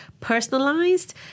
personalized